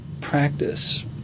practice